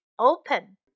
Open